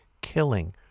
killing